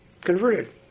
converted